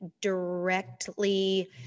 directly